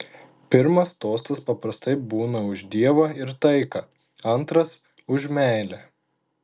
pirmas tostas paprastai būna už dievą ir taiką antras už meilę